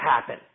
happen